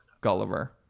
gulliver